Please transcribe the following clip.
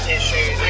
issues